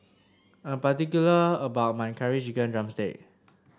I am particular about my Curry Chicken drumstick